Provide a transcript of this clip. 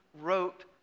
wrote